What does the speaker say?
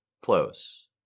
Close